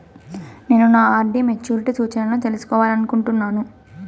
నేను నా RD maturity సూచనలను తెలుసుకోవాలనుకుంటున్నాను